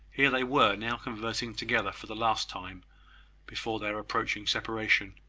here they were now conversing together for the last time before their approaching separation.